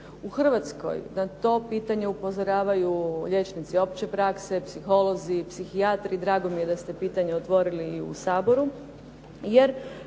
U Hrvatskoj na to pitanje upozoravaju liječnici opće prakse, psiholozi, psihijatri, drago mi je da ste pitanje otvorili i u Saboru, jer